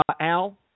Al